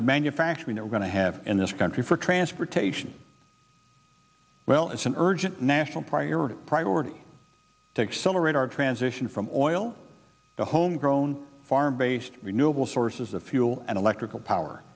of manufacturing we're going to have in this country for transportation well as an urgent national priority priority to accelerate our transition from oil to homegrown foreign based renewable sources of fuel and electrical power